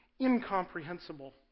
incomprehensible